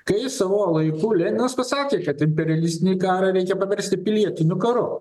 kai savo laiku leninas pasakė kad imperialistinį karą reikia paversti pilietiniu karu